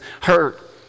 hurt